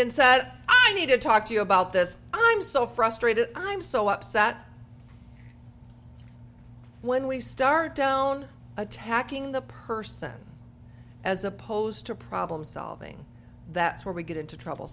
and said i need to talk to you about this i'm so frustrated i'm so upset when we start down attacking the person as opposed to problem solving that's where we get into trouble